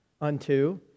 unto